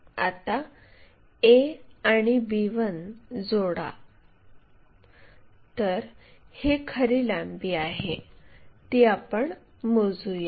आता a आणि b 1 जोडा तर ही खरी लांबी आहे ती आपण मोजूया